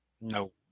no